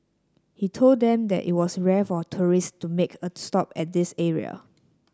he told them that it was rare for tourist to make a stop at this area